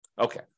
Okay